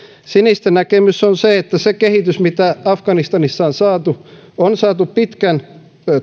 sinisten näkemys on se että se kehitys mitä afganistanissa on saatu on saatu pitkän